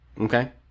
Okay